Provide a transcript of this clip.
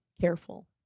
careful